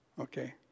Okay